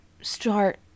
start